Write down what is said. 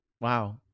Wow